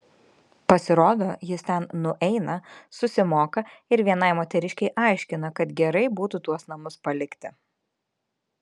pasirodo jis ten nueina susimoka ir vienai moteriškei aiškina kad gerai būtų tuos namus palikti